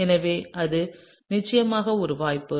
எனவே அது நிச்சயமாக ஒரு வாய்ப்பு